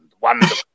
wonderful